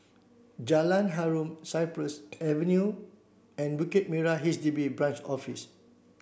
Jalan Harum Cypress Avenue and Bukit Merah H D B Branch Office